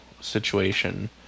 situation